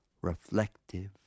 Reflective